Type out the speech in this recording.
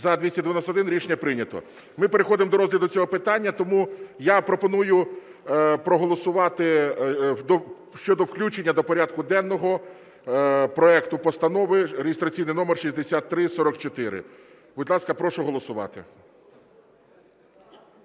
За-291 Рішення прийнято. Ми переходимо до розгляду цього питання. Тому я пропоную проголосувати щодо включення до порядку денного проекту Постанови реєстраційний номер 6344. Будь ласка, прошу голосувати.